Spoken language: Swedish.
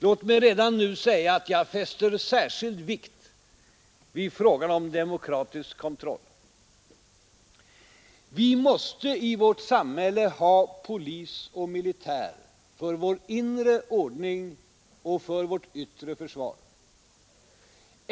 Låt mig redan nu säga, att jag fäster särskild vikt vid frågan om demokratisk kontroll. Vi måste i vårt samhälle ha polis och militär för vår inre ordning och för vårt yttre försvar.